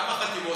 כמה חתימות,